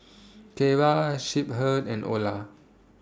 Keira Shepherd and Ola